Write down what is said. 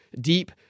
deep